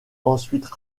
ensuite